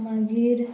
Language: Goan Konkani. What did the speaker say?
मागीर